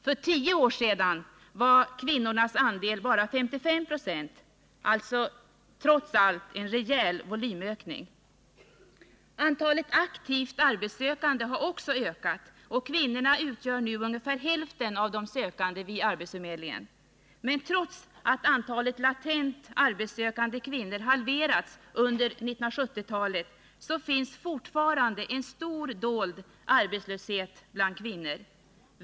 För tio år sedan var kvinnornas andel bara 55 96 — alltså trots allt en rejäl volymökning. Antalet aktiva arbetssökande kvinnor har också ökat, och kvinnorna utgör nu ungefär hälften av de sökande vid arbetsförmedlingen. Men trots att antalet latent arbetssökande kvinnor halverats under 1970-talet finns fortfarande en stor dold arbetslöshet bland kvinnor.